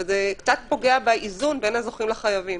וזה קצת פוגע באיזון בין הזוכים לחייבים.